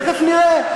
תכף נראה.